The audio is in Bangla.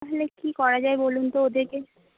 তাহলে কী করা যায় বলুন তো ওদেরকে